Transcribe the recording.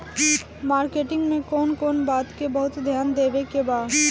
Marketing मे कौन कौन बात के बहुत ध्यान देवे के बा?